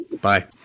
Bye